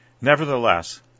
Nevertheless